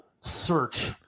search